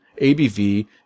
ABV